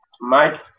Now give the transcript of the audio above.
Mike